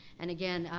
and again,